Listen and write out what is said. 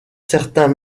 certains